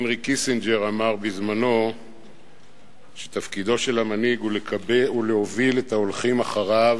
הנרי קיסינג'ר אמר בזמנו שתפקידו של מנהיג הוא להוביל את ההולכים אחריו